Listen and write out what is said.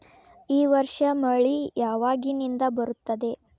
ಈ ವರ್ಷ ಮಳಿ ಯಾವಾಗಿನಿಂದ ಬರುತ್ತದೆ?